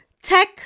Tech